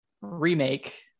remake